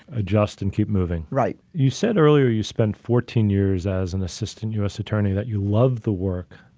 adjust and keep moving. right. you said earlier you spent fourteen years as an assistant us attorney that you love the work,